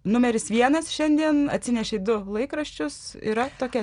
numeris vienas šiandien atsinešei du laikraščius yra tokia